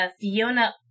Fiona